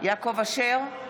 יעקב אשר,